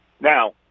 Now